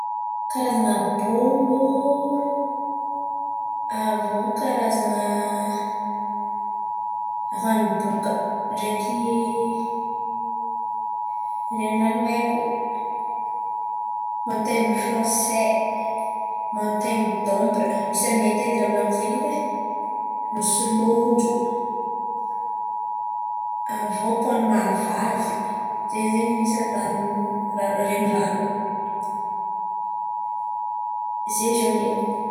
Karazan̈a bôngo avy iô karazan̈a rano boka ndraiky renirano haiko: montain̈y fransay, montain̈y dambra misy aminay aty edy ràha volan̈iko zain̈y edy e. Nosy lonjo avy iô pont an'ny Mahavavy, zen̈y izy iô an̈isan'ny rano- renirano zen̈y izy iô ny haiko.